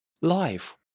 Life